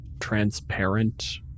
transparent